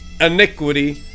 iniquity